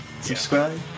subscribe